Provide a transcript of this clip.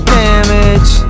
damage